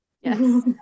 Yes